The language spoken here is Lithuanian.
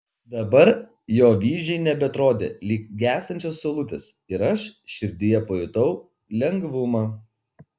dabar jo vyzdžiai nebeatrodė lyg gęstančios saulutės ir aš širdyje pajutau lengvumą